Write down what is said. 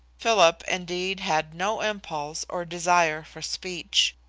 philip, indeed, had no impulse or desire for speech.